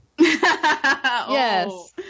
yes